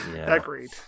Agreed